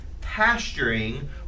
pasturing